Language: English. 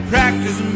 Practice